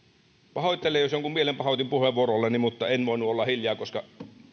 pahoittelen jos jonkun mielen pahoitin puheenvuorollani mutta en voinut olla hiljaa koska